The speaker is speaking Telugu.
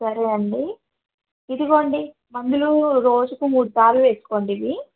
సరే అండి ఇదిగోండి మందులు రోజుకు మూడు సార్లు వేసుకోండి ఇవి